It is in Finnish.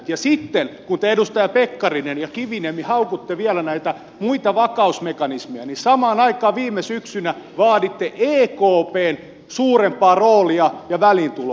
ja sitten kun te edustajat pekkarinen ja kiviniemi haukutte vielä näitä muita vakausmekanismeja niin samaan aikaan viime syksynä vaaditte ekpn suurempaa roolia ja väliintuloa